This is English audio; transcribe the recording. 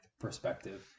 perspective